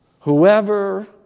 whoever